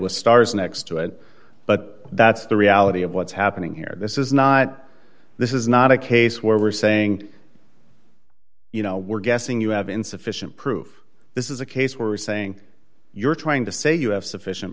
with stars next to it but that's the reality of what's happening here this is not this is not a case where we're saying you know we're guessing you have insufficient proof this is a case were saying you're trying to say you have sufficient